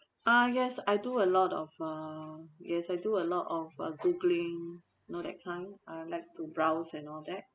ah yes I do a lot of uh yes I do a lot of uh googling you know that kind I'd like to browse and all that